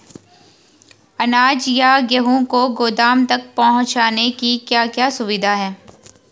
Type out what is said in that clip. अनाज या गेहूँ को गोदाम तक पहुंचाने की क्या क्या सुविधा है?